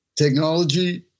Technology